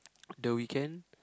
the Weekend